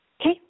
okay